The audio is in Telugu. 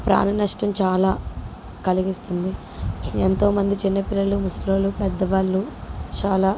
ప్రాణ నష్టం చాలా కలిగిస్తుంది ఎంతోమంది చిన్న పిల్లలు ముసులోళ్ళు పెద్దవాళ్ళు చాలా